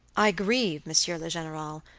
i grieve, monsieur le general,